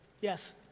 Yes